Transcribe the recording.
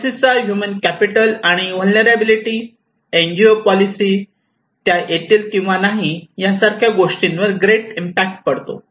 पॉलिसीचा human capital आणि vulnerability NGO policy त्या येतील किंवा नाही यासारख्या गोष्टींवर ग्रेट इम्पॅक्ट पडतो